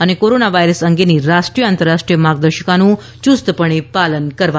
અને corona virus અંગેની રાષ્ટ્રીય આંતરરાષ્ટ્રીય માર્ગદર્શિકાનું યુસ્તપણે પાલન કરવાનું રહેશે